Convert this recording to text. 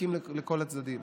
נחלקים לכל הצדדים.